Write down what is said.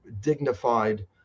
dignified